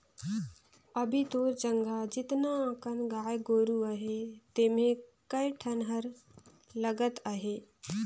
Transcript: अभी तोर जघा जेतना अकन गाय गोरु अहे तेम्हे कए ठन हर लगत अहे